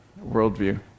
worldview